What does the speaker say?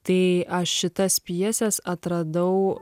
tai aš šitas pjeses atradau